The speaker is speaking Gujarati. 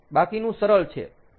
બાકીનું સરળ છે